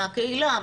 מהקהילה,